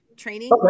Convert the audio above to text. training